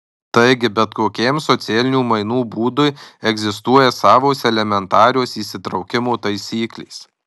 taigi bet kokiam socialinių mainų būdui egzistuoja savos elementarios įsitraukimo taisyklės